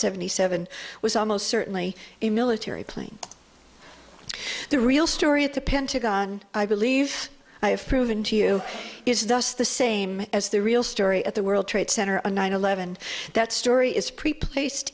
seventy seven was almost certainly a military plane the real story at the pentagon i believe i have proven to you is thus the same as the real story at the world trade center on nine eleven that story is pre placed